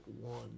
one